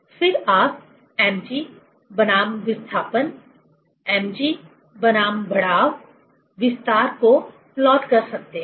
फिर आप mg बनाम विस्थापन mg बनाम बढ़ाव विस्तार को प्लॉट कर सकते हैं